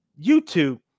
YouTube